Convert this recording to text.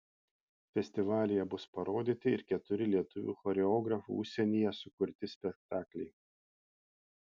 festivalyje bus parodyti ir keturi lietuvių choreografų užsienyje sukurti spektakliai